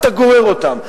אתה גורר אותן.